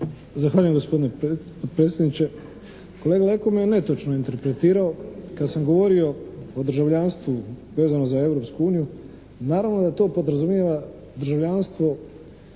Zahvaljujem gospodine potpredsjedniče. Kolega Leka me je netočno interpretirao kad sam govorio o državljanstvu vezano za Europsku uniju naravno da to podrazumijeva državljanstvo